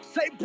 Say